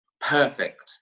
perfect